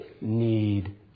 need